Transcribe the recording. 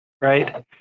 right